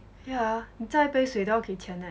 yeah 你叫一杯水都要给钱 eh